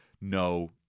No